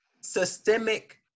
systemic